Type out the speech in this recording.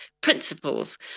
principles